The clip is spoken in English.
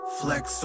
flex